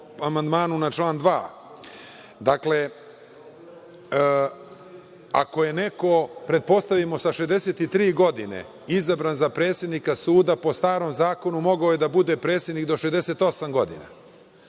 amandmanu na član 2.Dakle, ako je neko, pretpostavimo, sa 63 godine izabran za predsednika suda po starom zakonu, mogao je do bude predsednik do 68 godina,